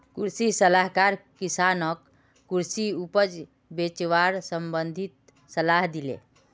कृषि सलाहकार किसानक कृषि उपज बेचवार संबंधित सलाह दिले